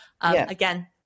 Again